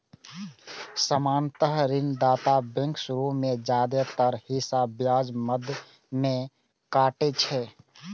सामान्यतः ऋणदाता बैंक शुरू मे जादेतर हिस्सा ब्याज मद मे काटै छै